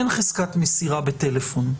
אין חזקת מסירה בטלפון.